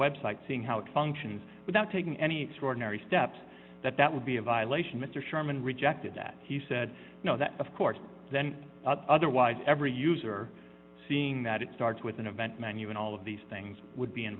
web site seeing how it functions without taking any extraordinary steps that that would be a violation mr sherman rejected that he said you know that of course then otherwise every user seeing that it starts with an event menu and all of these things would be in